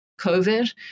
COVID